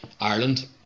Ireland